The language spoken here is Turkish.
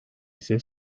ise